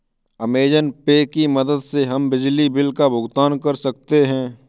Amazon pay की मदद से हम बिजली बिल का भुगतान कर सकते हैं